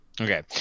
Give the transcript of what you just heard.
Okay